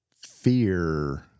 fear